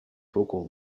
focal